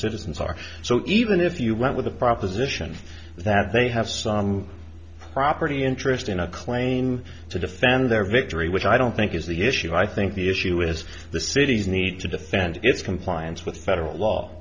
citizens are so even if you went with the proposition that they have some property interest in a claim to defend their victory which i don't think is the issue i think the issue is the city's need to defend its compliance with federal law